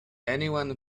anyone